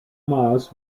miles